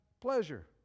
pleasure